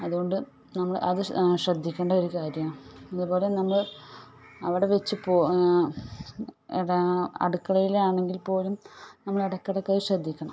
അതുകൊണ്ട് നമ്മൾ അത് ശ്രദ്ധിക്കേണ്ട ഒരു കാര്യമാണ് അതു പോലെ നമ്മൾ അവിടെ വച്ച് അടുക്കളയിലാണെങ്കിൽ പോലും നമ്മൾ ഇടയ്ക്കിടയ്ക്ക് അത് ശ്രദ്ധിക്കണം